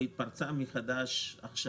והיא התפרצה מחדש עכשיו.